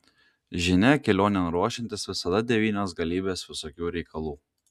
žinia kelionėn ruošiantis visada devynios galybės visokių reikalų